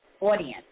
audience